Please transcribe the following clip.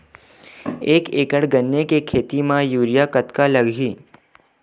एक एकड़ गन्ने के खेती म यूरिया कतका लगही?